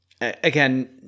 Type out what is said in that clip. again